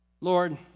Lord